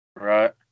Right